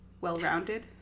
well-rounded